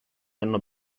erano